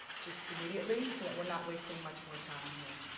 just immediately so we're not wasting much more time here.